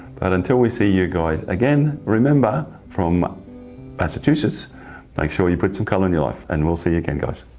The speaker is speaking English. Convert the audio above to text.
but until we see you guys again remember from massachusetts make sure you put some colour in your life, and we'll see again guys.